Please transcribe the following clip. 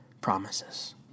promises